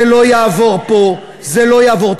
זה לא יעבור פה, זה לא יעבור.